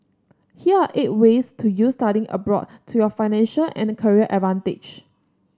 here are eight ways to use studying abroad to your financial and career advantage